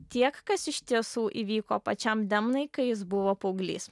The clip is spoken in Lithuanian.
tiek kas iš tiesų įvyko pačiam demnai kai jis buvo paauglys